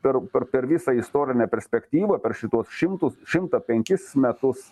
per per per visą istorinę perspektyvą per šituos šimtus šimtą penkis metus